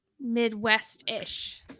Midwest-ish